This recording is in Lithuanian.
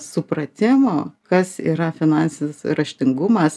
supratimo kas yra finansinis raštingumas